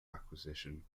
acquisition